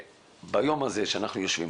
שביום הזה בו אנחנו יושבים